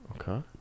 Okay